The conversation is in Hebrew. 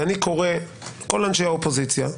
ואני קורא לכל אנשי האופוזיציה,